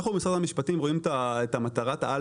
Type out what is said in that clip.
אנחנו במשרד המשפטים רואים את מטרת העל